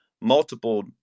multiple